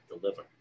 deliver